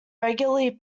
regularly